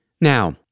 Now